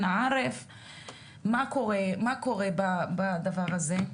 מה קורה בדבר הזה?